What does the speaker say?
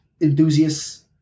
enthusiasts